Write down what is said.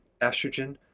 estrogen